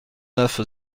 neuf